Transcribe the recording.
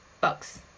bucks